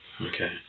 okay